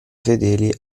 fedeli